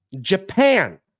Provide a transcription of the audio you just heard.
Japan